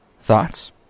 Thoughts